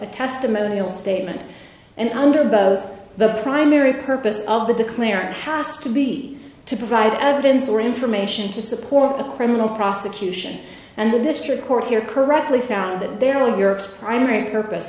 the testimonial statement and under both the primary purpose of the declarer has to be to provide evidence or information to support a criminal prosecution and the district court here correctly found that there are europe's primary purpose